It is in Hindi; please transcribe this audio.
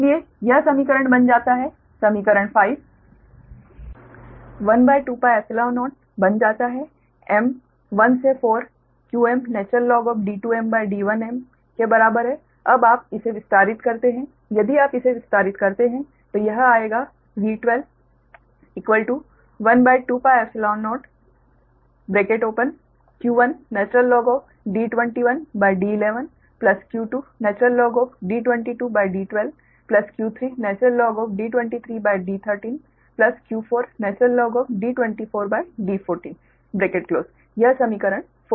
इसलिए यह समीकरण बन जाता है समीकरण 5 12πϵ0 बन जाता है m 1 से 4 qmD2mD1m के बराबर है अब आप इसे विस्तारित करते हैं यदि आप इसे विस्तारित करते हैं तो यह आएगा V1212πϵ0q1D21D11 q2D22D12 q3D23D13 q4D24D14 यह समीकरण 41 है